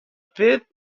fifth